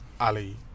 Ali